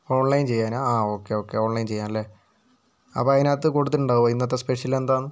online ചെയ്യാനാണോ ആ okay okay online ചെയ്യാൻ അല്ലെ അപ്പം അതിനകത്ത് കൊടുത്തിട്ടുണ്ടാകുമോ ഇന്നത്തെ സ്പെഷ്യലെന്താണെന്ന്